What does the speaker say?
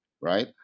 right